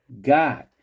God